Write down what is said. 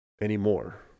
anymore